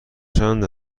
چند